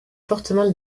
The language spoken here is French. fortement